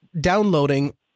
downloading